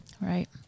Right